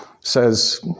says –